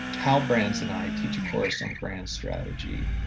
hal brands and i teach a course on grand strategy